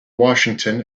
washington